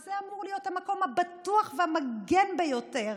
שזה אמור להיות המקום הבטוח והמגן ביותר,